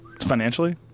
Financially